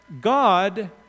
God